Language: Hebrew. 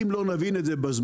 אם לא נבין את זה בזמן,